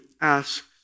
ask